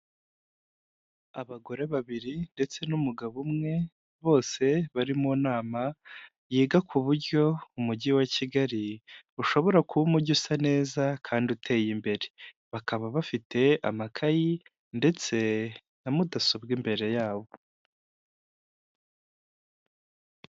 Abagore babiri ndetse n'umugabo umwe, bose bari mu nama yiga ku buryo Umujyi wa Kigali ushobora kuba umugi usa neza kandi uteye imbere, bakaba bafite amakayi ndetse na mudasobwa imbere yabo.